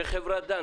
כחברת דן,